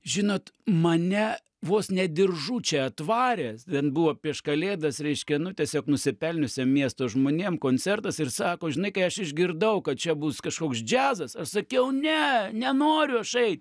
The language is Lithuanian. žinot mane vos ne diržu čia atvarė ten buvo prieš kalėdas reiškia nutęsė nusipelniusiem miesto žmonėm koncertas ir sako žinai kai aš išgirdau kad čia bus kažkoks džiazas sakiau ne nenoriu aš eit